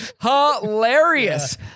Hilarious